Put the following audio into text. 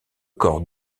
corps